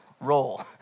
role